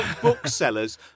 booksellers